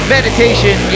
meditation